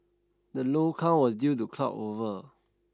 the low count was due to cloud over